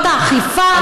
שרשויות האכיפה,